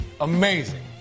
amazing